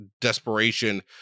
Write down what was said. desperation